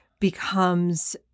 becomes